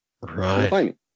Right